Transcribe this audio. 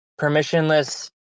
permissionless